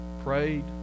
Prayed